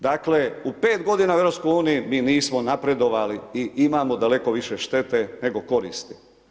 Dakle, u 5 g. u EU mi nismo napredovali i imamo daleko više štete nego koristi.